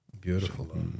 Beautiful